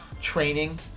training